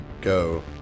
go